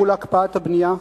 מול הקפאת הבנייה,